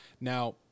Now